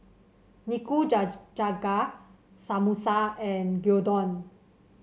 Samosa and Gyudon